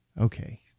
Okay